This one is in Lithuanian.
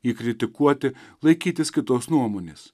jį kritikuoti laikytis kitos nuomonės